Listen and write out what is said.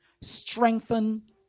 strengthen